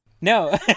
No